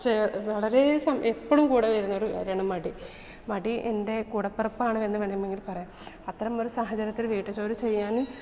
ചെ വളരെ സ എപ്പോഴും കൂടെ വരുന്ന ഒരു കാര്യമാണ് മടി മടി എൻ്റെ കൂടെ പിറപ്പാണ് എന്ന് വേണമെങ്കിൽ പറയാം അത്തരം ഒരു സാഹചര്യത്തിൽ വീട്ടുജോലി ചെയ്യാനും